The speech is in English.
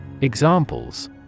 Examples